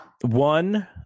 One